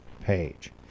page